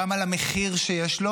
גם על המחיר שיש לו